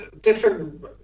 different